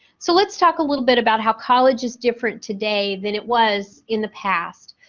so, let's talk a little bit about how college is different today than it was in the past.